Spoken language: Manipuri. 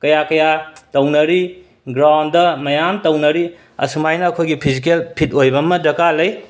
ꯀꯌꯥ ꯀꯌꯥ ꯇꯧꯅꯔꯤ ꯒ꯭ꯔꯥꯎꯟꯗ ꯃꯌꯥꯝ ꯇꯧꯅꯔꯤ ꯑꯁꯨꯃꯥꯏꯅ ꯑꯩꯈꯣꯏꯒꯤ ꯐꯤꯖꯤꯀꯦꯜ ꯐꯤꯠ ꯑꯣꯏꯕ ꯑꯃ ꯗꯔꯀꯥꯔ ꯂꯩ